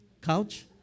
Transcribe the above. Couch